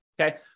okay